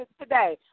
today